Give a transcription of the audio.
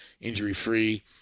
injury-free